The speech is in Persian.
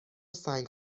سنگ